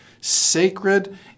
sacred